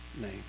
name